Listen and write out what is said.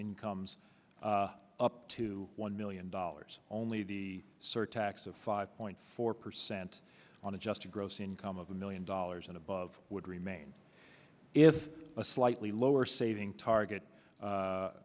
income up to one million dollars only the surtax of five point four percent on adjusted gross income of a million dollars and above would remain if a slightly lower saving target